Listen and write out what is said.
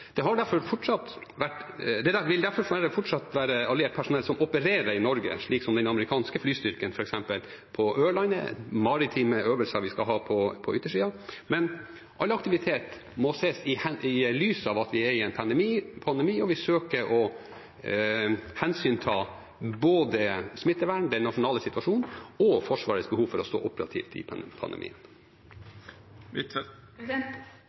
Det vil derfor fortsatt være alliert personell som opererer i Norge, slik som f.eks. den amerikanske flystyrken på Ørlandet, på grunn av maritime øvelser vi skal ha på yttersiden. Men all aktivitet må ses i lys av at vi er i en pandemi, og vi søker å hensynta både smittevern, den nasjonale situasjonen og Forsvarets behov for å stå operativt i